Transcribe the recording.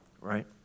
right